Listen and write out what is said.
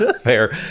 Fair